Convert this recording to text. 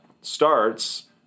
starts